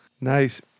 Nice